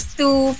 two